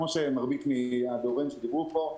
כמו שאמרו מרבית הדוברים פה,